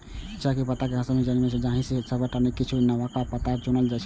चायक पात कें हाथ सं चुनल जाइ छै, जाहि मे सबटा नै किछुए नवका पात चुनल जाइ छै